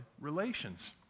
relations